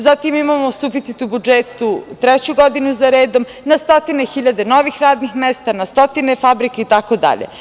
Zatim, imamo suficit u budžetu treću godinu za red, na stotine hiljada novih radnih mesta, na stotine fabrika itd.